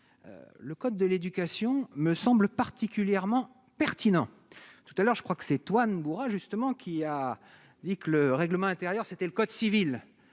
le code de l'éducation me semble particulièrement pertinent tout à l'heure, je crois que c'est toi justement qui a dit que le règlement intérieur, c'était le code civil